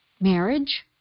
marriage